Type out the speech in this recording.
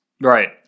Right